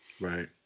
Right